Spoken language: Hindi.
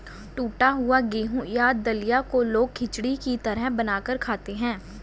टुटा हुआ गेहूं या दलिया को लोग खिचड़ी की तरह बनाकर खाते है